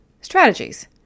Strategies